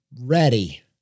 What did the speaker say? ready